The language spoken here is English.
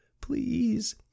please